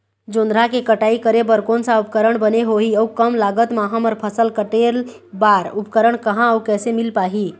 जोंधरा के कटाई करें बर कोन सा उपकरण बने होही अऊ कम लागत मा हमर फसल कटेल बार उपकरण कहा अउ कैसे मील पाही?